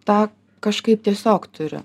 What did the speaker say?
tą kažkaip tiesiog turiu